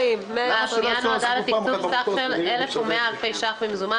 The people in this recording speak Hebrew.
הפנייה נועדה לתקצוב סך של 1,100 אלפי ש"ח במזומן